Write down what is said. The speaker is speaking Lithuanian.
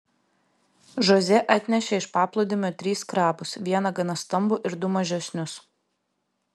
žoze atnešė iš paplūdimio tris krabus vieną gana stambų ir du mažesnius